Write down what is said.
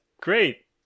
Great